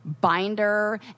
binder